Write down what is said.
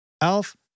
ALF